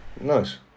Nice